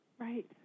Right